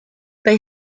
they